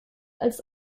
als